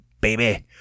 baby